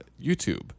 youtube